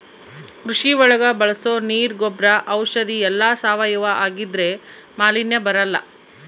ಕೃಷಿ ಒಳಗ ಬಳಸೋ ನೀರ್ ಗೊಬ್ರ ಔಷಧಿ ಎಲ್ಲ ಸಾವಯವ ಆಗಿದ್ರೆ ಮಾಲಿನ್ಯ ಬರಲ್ಲ